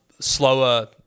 slower